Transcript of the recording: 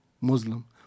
Muslim